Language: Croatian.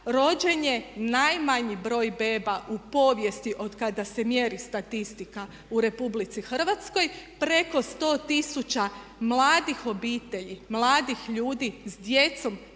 rođen je najmanji broj beba u povijesti od kada se mjeri statistika u RH. Preko sto tisuća mladih obitelji, mladih ljudi sa djecom